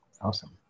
Awesome